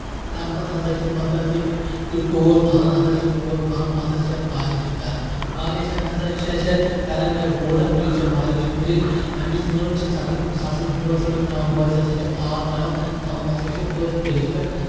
تَمہِ پتہٕ ہسا چھِ پتہٕ حظ یہِ ٹوٗر پھۄلان اتھ ہسا چھِ پوش پھۄلان پتہٕ حظ چھِ اتھ پالنیشن کران پالنیشن ہسا چھِ اَسہِ اتھ کران یا گولڈن کُلچ یا مہرٲج کُلچ امِچ لٔنڑ چھِ ژٹان سُہ ہسا چھِ بوتلہِ منٛز تراوان بوتلہِ ہسا چھِ آب تراوان تھوان ہسا چھِ أتھۍ کُلِس پؠٹھ